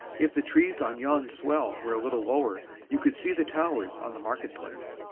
if the trees on yon swell were a little lower you could see the towers on the market-place.